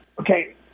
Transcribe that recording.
okay